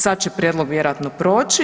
Sad će prijedlog vjerojatno proći.